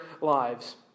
lives